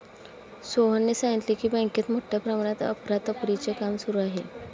सोहनने सांगितले की, बँकेत मोठ्या प्रमाणात अफरातफरीचे काम सुरू आहे